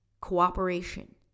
cooperation